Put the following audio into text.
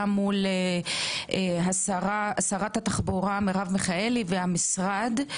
מול שרת התחבורה מרב מיכאלי והמשרד,